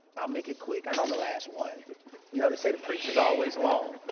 i'll make it quick. i know i'm the last one but you know they say the preachers always long.